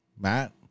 matt